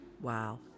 Wow